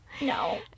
No